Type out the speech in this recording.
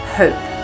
hope